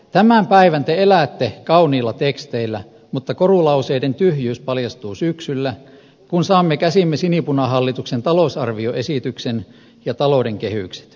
tämän päivän te elätte kauniilla teksteillä mutta korulauseiden tyhjyys paljastuu syksyllä kun saamme käsiimme sinipunahallituksen talousarvioesityksen ja talouden kehykset